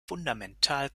fundamental